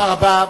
תודה רבה.